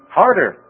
harder